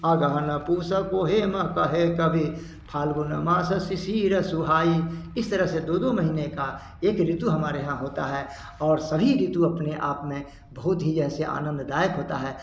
आगहन पूस इस तरह से दो दो महीने का एक ऋतु हमारे यहाँ होता है और सभी ऋतु अपने आप में बहुत ही जैसे आनंददायक होता है